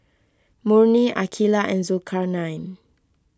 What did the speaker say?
Murni Aqeelah and Zulkarnain